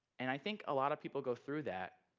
and i think a lot of people go through that.